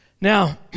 Now